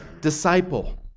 disciple